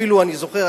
אפילו אני זוכר,